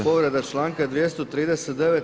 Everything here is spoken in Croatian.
Povreda članka 239.